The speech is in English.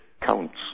Counts